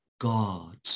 God